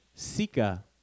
Sika